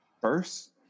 first